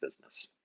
business